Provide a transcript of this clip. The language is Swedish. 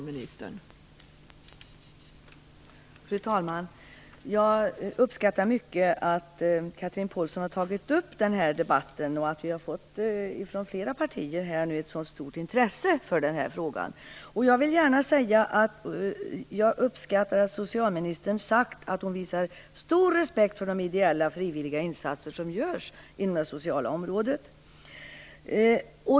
Fru talman! Jag uppskattar mycket att Chatrine Pålsson har tagit upp den här debatten och att man från flera partier har visat ett så stort intresse för den här frågan. Jag uppskattar också att socialministern sagt att hon har stor respekt för de ideella, frivilliga insatser som görs inom det sociala området.